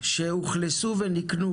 שהוא חלק מאל-קסום,